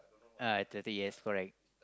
uh athletic yes correct